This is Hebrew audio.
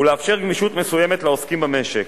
ולאפשר גמישות מסוימת לעוסקים במשק,